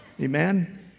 Amen